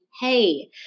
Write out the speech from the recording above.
hey